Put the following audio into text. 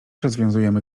rozwiązujemy